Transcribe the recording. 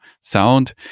sound